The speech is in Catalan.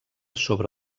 sobre